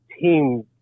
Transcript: team